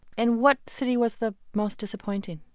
and what city was the most disappointing?